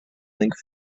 link